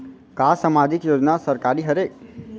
का सामाजिक योजना सरकारी हरे?